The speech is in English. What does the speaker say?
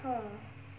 !huh!